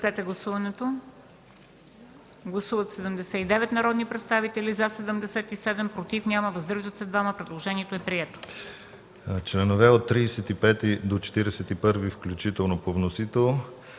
Гласували 79 народни представители: за 78, против няма, въздържал се 1. Предложението е прието.